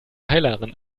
heilerin